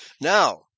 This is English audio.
Now